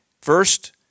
First